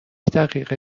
دقیقه